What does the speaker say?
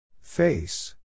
Face